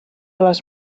les